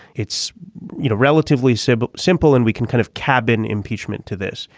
it's you know relatively so but simple and we can kind of cabin impeachment to this.